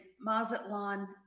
Mazatlan